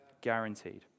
Guaranteed